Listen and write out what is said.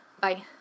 Bye